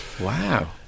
Wow